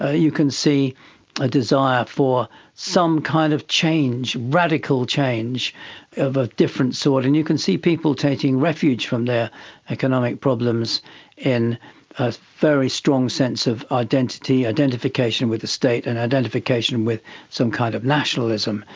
ah you can see a desire for some kind of change, radical change of a different sort, and you can see people taking refuge from their economic problems in a very strong sense of identity, identification with the state and identification with some kind of nationalism.